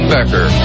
Becker